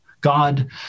God